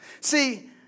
See